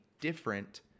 different